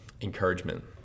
encouragement